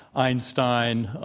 einstein,